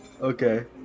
Okay